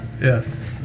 yes